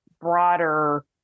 broader